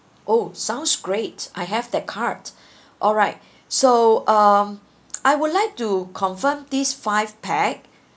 oh sounds great I have that card alright so uh I would like to confirm these five pack